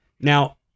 Now